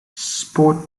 sport